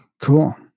Cool